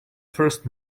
first